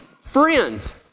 friends